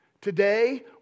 Today